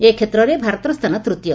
ଏକ୍ଷେତ୍ରରେ ଭାରତର ସ୍ଥାନ ତୂତୀୟ